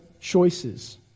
choices